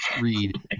read